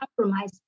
compromise